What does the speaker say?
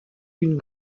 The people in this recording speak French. une